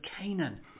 canaan